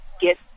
get